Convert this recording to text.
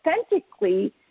authentically